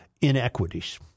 inequities